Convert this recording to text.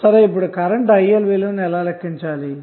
సరే ఇప్పుడు కరెంటు ILవిలువను ఎలా లెక్కించాలి